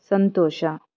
ಸಂತೋಷ